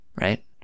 right